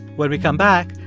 when we come back,